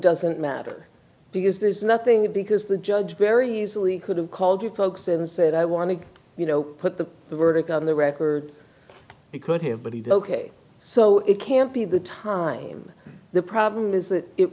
doesn't matter because there's nothing because the judge very easily could have called you folks in and said i want to you know put the verdict on the record he could have but he did ok so it can't be the time the problem is that it